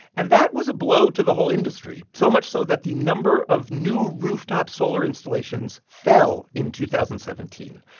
and that was a blow to the whole industry, so much so that the number of new rooftop solar installations fell in two thousand and seventeen,